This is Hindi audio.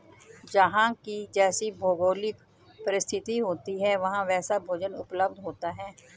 जहां की जैसी भौगोलिक परिस्थिति होती है वहां वैसा भोजन उपलब्ध होता है